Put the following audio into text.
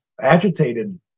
agitated